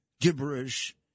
gibberish